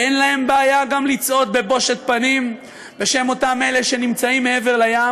ואין להם בעיה גם לצעוד בבושת פנים בשם אותם אלה שנמצאים מעבר לים,